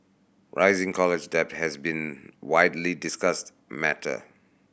rising college debt has been widely discussed matter